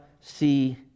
see